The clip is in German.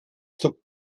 zuckt